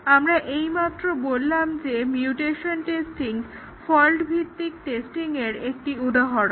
আমরা এইমাত্র বললাম যে মিউটেশন টেস্টিং ফল্ট ভিত্তিক টেস্টিংয়ের একটি উদাহরণ